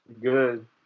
Good